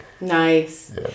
Nice